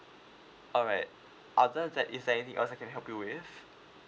alright other that is there anything else I can help you with